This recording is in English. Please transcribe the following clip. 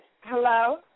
Hello